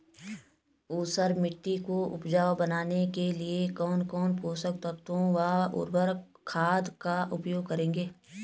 ऊसर मिट्टी को उपजाऊ बनाने के लिए कौन कौन पोषक तत्वों व उर्वरक खाद का उपयोग करेंगे?